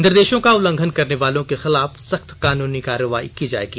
निर्देशों का उल्लंघन करने वालों के खिलाफ सख्त कानूनी कार्रवाई की जाएगी